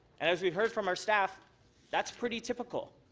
and as we've heard from our staff that's pretty typical,